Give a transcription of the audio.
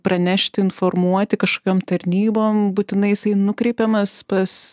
pranešti informuoti kašokiom tarnybom būtinai jisai nukreipiamas pas